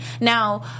Now